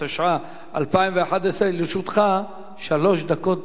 התשע"א 2011. לרשותך שלוש דקות,